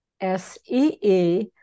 S-E-E